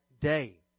day